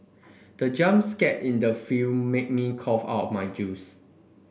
the jump scare in the film made me cough out my juice